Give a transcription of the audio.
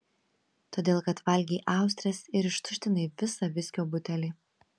todėl kad valgei austres ir ištuštinai visą viskio butelį